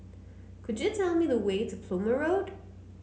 could you tell me the way to Plumer Road